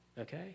Okay